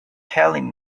telling